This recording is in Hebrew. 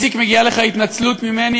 איציק, מגיעה לך התנצלות ממני.